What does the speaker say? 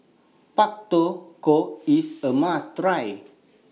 Pak Thong Ko IS A must Try